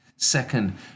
Second